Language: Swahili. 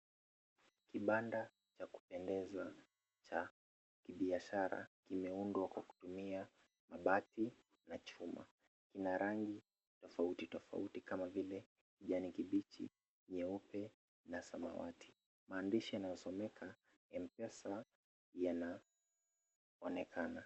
Kibanda cha kupendeza cha kibiashara, imeundwa kwa kutumia mabati na chuma. Ina rangi tofauti tofauti kama vile kijani kibichi, nyeupe na samawati. Maandishi yanayosoma M-Pesa yanaonekana.